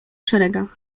szeregach